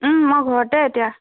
মই ঘৰতে এতিয়া